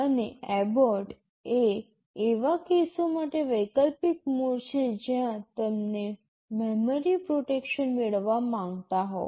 અને એબોર્ટ એ એવા કેસો માટે વૈકલ્પિક મોડ છે જ્યાં તમે મેમરી પ્રોટેક્શન મેળવવા માંગતા હોવ